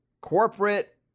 corporate